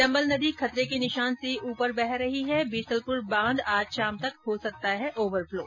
चंबल नदी खतरे के निशान से ऊपर बह रही है बीसलपुर बांध आज शाम तक हो सकता है ओवरफ्लो